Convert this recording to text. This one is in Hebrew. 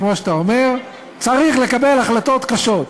כמו שאתה אומר: צריך לקבל החלטות קשות.